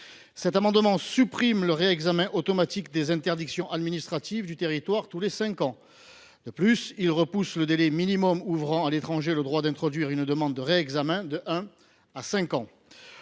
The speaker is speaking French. Cet amendement tend à supprimer le réexamen automatique des interdictions administratives du territoire tous les cinq ans. De plus, il vise à repousser le délai minimum ouvrant à l’étranger le droit d’introduire une demande de réexamen d’un an